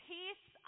Peace